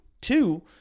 Two